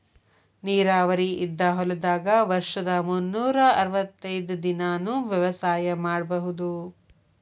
ನೇರಾವರಿ ಇದ್ದ ಹೊಲದಾಗ ವರ್ಷದ ಮುನ್ನೂರಾ ಅರ್ವತೈದ್ ದಿನಾನೂ ವ್ಯವಸಾಯ ಮಾಡ್ಬಹುದು